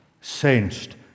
sensed